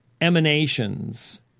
emanations